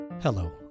Hello